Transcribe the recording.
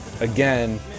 again